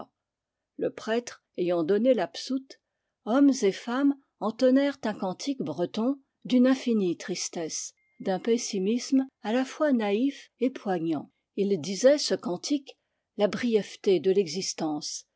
le prêtre ayant donné l'absoute hommes et femmes entonnèrent un cantique breton d'une infinie tris tresse d'un pessimisme à la fois naïf et poignant il disait ce cantique la brièveté de l'existence